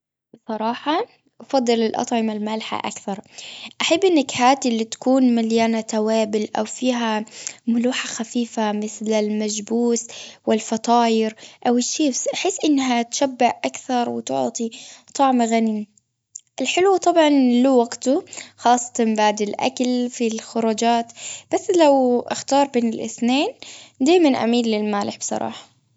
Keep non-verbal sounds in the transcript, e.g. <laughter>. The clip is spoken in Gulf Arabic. بصراحة أفضل الأطعمة المالحة أكثر. أحب النكهات اللي تكون مليانة توابل، أو فيها <hesitation> ملوحة خفيفة. مثل المجبوس، والفطاير، أو الشيبس. أحس أنها تشبع أكثر، وتعطي طعم غني. <hesitation> الحلو طبعا له وقته، خاصة بعد الأكل في الخروجات. بس لو أختار بين الإثنين، دايمًا أميل للمالح بصراحة.